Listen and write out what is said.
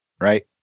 right